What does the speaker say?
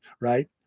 right